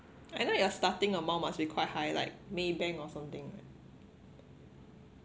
I know your starting amount must be quite high like Maybank or something like